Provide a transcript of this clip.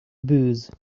booze